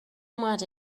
mad